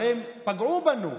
הרי הם פגעו בנו.